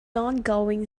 ongoing